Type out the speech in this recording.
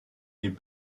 les